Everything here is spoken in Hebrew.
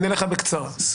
בקצרה.